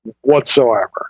whatsoever